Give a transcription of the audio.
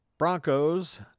Broncos